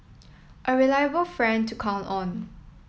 a reliable friend to count on